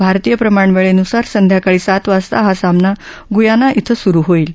भारतीय प्रमाण वेळेनुसार संध्याकाळी सात वाजता हा सामना गुयाना शिं सुरु होईल